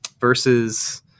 versus –